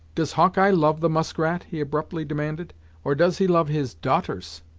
does hawkeye love the muskrat? he abruptly demanded or does he love his daughters?